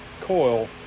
coil